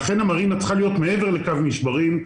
לכן המרינה צריכה להיות מעבר לקו משברים.